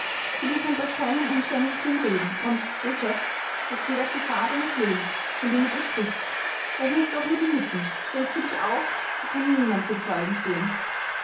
dürfen unter keinen umständen zu ihm reden und richard es geht auf gefahr deines lebens wenn du mit ihr sprichst öffnest du auch nur die lippen regst du dich auf so kann niemand für die folgen stehen